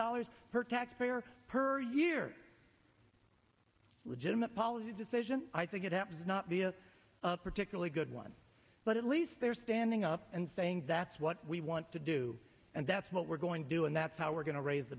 dollars per taxpayer per year legitimate policy decision i think it happens not be a particularly good one but at least they're standing up and saying that's what we want to do and that's what we're going to do and that's how we're going to raise the